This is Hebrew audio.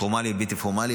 פורמלית ובלתי פורמלית,